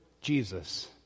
Jesus